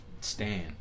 stan